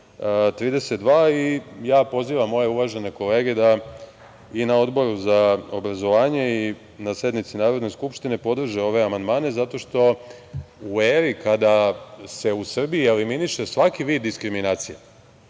32 i pozivam moje uvažene kolege da i na Odboru za obrazovanje i na sednici Narodne skupštine podrže ove amandmane zato što u eri kada se u Srbiji eliminiše svaki vid diskriminacija